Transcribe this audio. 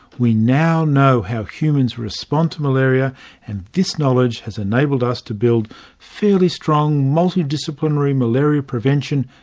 we now know how humans respond to malaria and this knowledge has enabled us to build fairly strong multidisciplinary malaria prevention,